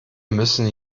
müssen